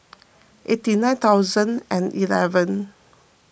eighty nine thousand and eleven